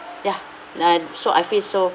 ya and so I feel so